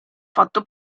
fatto